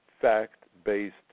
fact-based